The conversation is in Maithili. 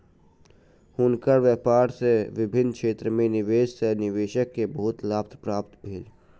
हुनकर व्यापार में विभिन्न क्षेत्र में निवेश सॅ निवेशक के बहुत लाभ प्राप्त भेल